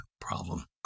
problem